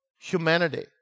humanity